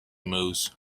moves